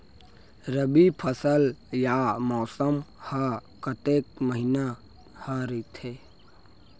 रबि फसल या मौसम हा कतेक महिना हा रहिथे?